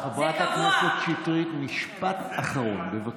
חברת הכנסת שטרית, משפט אחרון, בבקשה.